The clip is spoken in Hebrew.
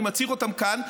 אני מצהיר עליהם כאן,